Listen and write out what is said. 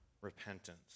repentance